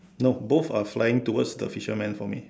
no both are flying towards the fisherman for me